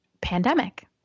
pandemic